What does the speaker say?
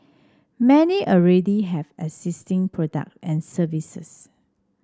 many already have existing product and services